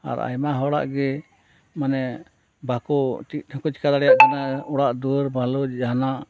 ᱟᱨ ᱟᱭᱢᱟ ᱦᱚᱲᱟᱜ ᱜᱮ ᱢᱟᱱᱮ ᱵᱟᱠᱚ ᱪᱮᱫ ᱦᱚᱸ ᱵᱟᱠᱚ ᱪᱮᱠᱟ ᱫᱟᱲᱮᱭᱟᱜ ᱠᱟᱱᱟ ᱚᱲᱟᱜ ᱫᱩᱭᱟᱹᱨ ᱵᱷᱟᱹᱜᱤ ᱡᱟᱦᱟᱸᱱᱟᱜ